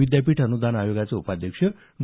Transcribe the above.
विद्यापीठ अनुदान आयोगाचे उपाध्यक्ष डॉ